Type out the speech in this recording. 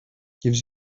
gives